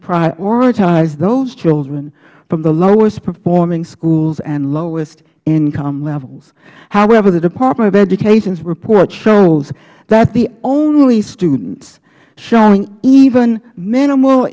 prioritize those children from the lowest performing schools and lowest income levels however the department of education's report shows that the only students showing even minimal